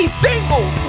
single